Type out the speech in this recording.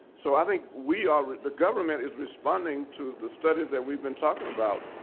so i think we are the government is responding to the studies that we've been talking about,